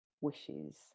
wishes